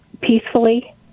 peacefully